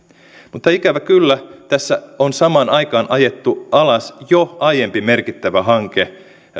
mutta ikävä kyllä tässä on samaan aikaan ajettu alas jo aiempi merkittävä hanke